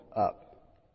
up